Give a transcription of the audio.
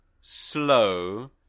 slow